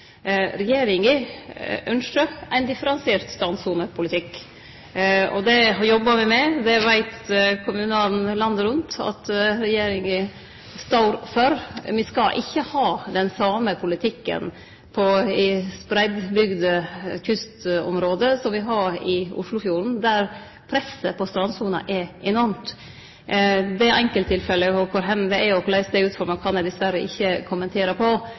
Regjeringa ynskjer ein differensiert strandsonepolitikk, og det jobbar vi med. Det veit kommunane landet rundt at regjeringa står for. Me skal ikkje ha den same politikken i spreiddbygde kystområde som me har i Oslofjorden, der presset på strandsona er enormt. Enkelttilfelle, kor det er og korleis det er utforma, kan eg dessverre ikkje